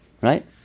Right